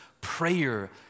prayer